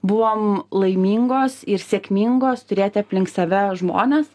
buvom laimingos ir sėkmingos turėti aplink save žmones